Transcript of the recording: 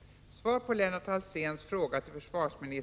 Omark sameleryid